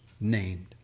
named